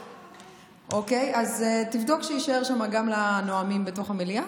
אז תבדוק שיישאר שם גם לנואמים בתוך המליאה,